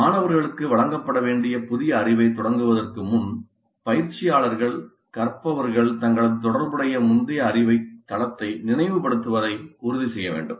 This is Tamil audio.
மாணவர்களுக்கு வழங்கப்பட வேண்டிய புதிய அறிவைத் தொடங்குவதற்கு முன் பயிற்றுவிப்பாளர்கள் கற்பவர்கள் தங்களது தொடர்புடைய முந்தைய அறிவுத் தளத்தை நினைவுபடுத்துவதை உறுதி செய்ய வேண்டும்